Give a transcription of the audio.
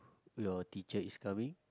your teacher is coming